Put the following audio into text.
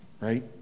right